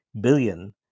billion